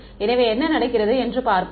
எனவே என்ன நடக்கிறது என்று பார்ப்போம்